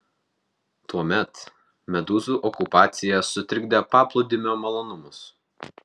tuomet medūzų okupacija sutrikdė paplūdimio malonumus